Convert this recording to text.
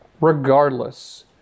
Regardless